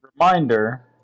Reminder